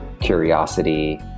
curiosity